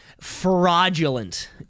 fraudulent